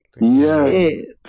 Yes